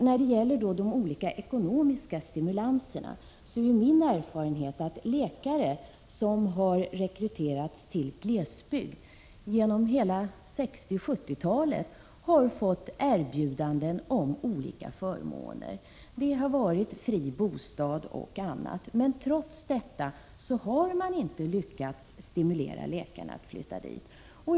Beträffande de olika ekonomiska stimulanserna är min erfarenhet att läkare som har rekryterats till glesbygd under hela 1960-talet och hela 1970-talet har fått erbjudanden om olika förmåner. Det har varit fri bostad och annat, men trots detta har man inte lyckats stimulera läkarna att flytta till glesbygden.